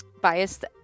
biased